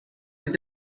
your